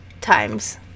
times